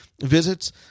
visits